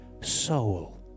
soul